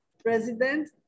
president